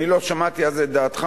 אני לא שמעתי אז את דעתך,